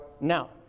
Now